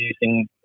using